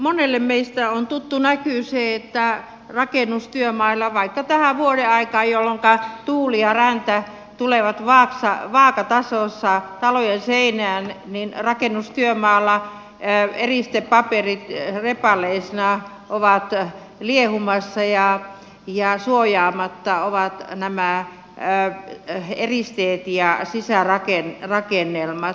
monelle meistä on tuttu näky se että rakennustyömailla vaikka tähän vuodenaikaan jolloinka tuuli ja räntä tulevat vaakatasossa talojen seinään eristepaperit repaleisina ovat liehumassa ja eristeet ja sisärakennelmat ovat suojaamatta